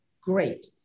great